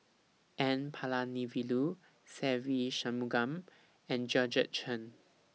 N Palanivelu Se Ve Shanmugam and Georgette Chen